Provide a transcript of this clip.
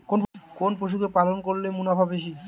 কোন পশু কে পালন করলে মুনাফা বেশি?